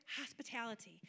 hospitality